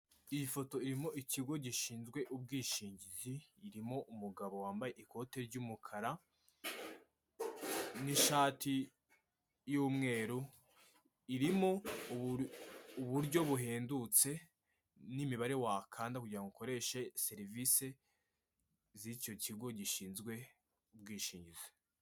Iyi foto irimo ikigo gishinzwe ubwishingizi, irimo umugabo wambaye ikote ry'umukara, n'ishati y'umweru, irimo uburyo buhendutse n'imibare wakanda, kugira ngo ukoreshe serivisi z'icyo kigo gishinzwe ubwishingizi.